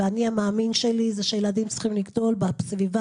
וה"אני המאמין שלי" זה שילדים צריכים לגדול בסביבה